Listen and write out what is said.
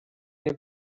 nie